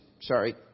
sorry